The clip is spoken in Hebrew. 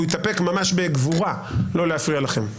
הוא התאפק ממש בגבורה לא להפריע לכם.